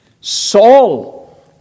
Saul